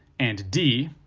and d,